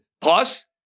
Plus